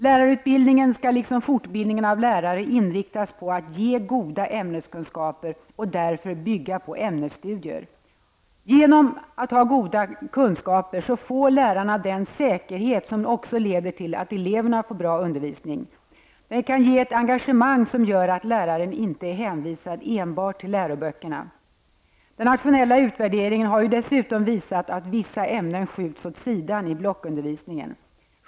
Lärarutbildningen skall liksom fortbildningen av lärare inriktas på att ge goda ämneskunskaper och därför bygga på ämnesstudier. Genom goda kunskaper får läraren den säkerhet som leder till att eleverna får bra undervisning. Goda kunskaper kan också ge ett engagemang som gör att läraren inte är hänvisad enbart till läroböckernas framställning. Den nationella utvärderingen har dessutom visat att vissa ämnen skjuts åt sidan i blockundervisningen.